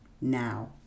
now